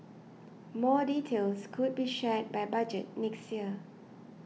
more details could be shared by Budget next year